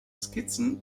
skizzen